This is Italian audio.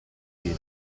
filo